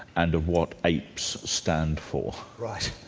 and of what apes stand for. right.